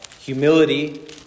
humility